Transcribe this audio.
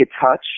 touch